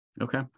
Okay